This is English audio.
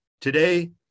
today